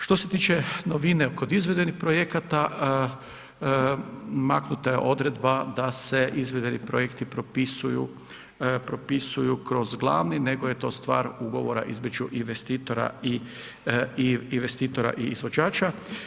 Što se tiče novine kod ... projekata maknuta je odredba da se ... projekti propisuju, propisuju kroz glavni nego je to stvar ugovora između investitora i izvođača.